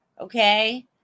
okay